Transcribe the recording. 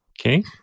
Okay